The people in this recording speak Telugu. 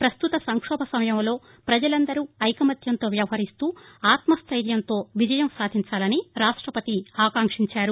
ప్రస్తుత సంక్షోభ సమయంలో ప్రజలందరూ ఐకమత్యంతో వ్యవరిస్తూ ఆత్మ స్టెర్యంతో విజయం సాధించాలని రాష్షపతి ఆకాంక్షించారు